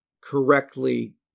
correctly